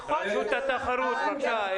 --- רשות התחרות, בבקשה.